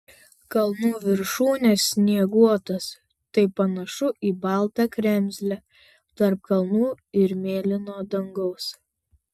kalnų viršūnės snieguotos tai panašu į baltą kremzlę tarp kalnų ir mėlyno dangaus